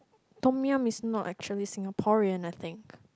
tom yum is not actually Singaporean I think